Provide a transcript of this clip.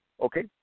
Okay